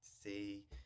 see